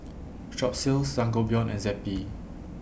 Strepsils Sangobion and Zappy